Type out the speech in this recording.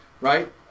Right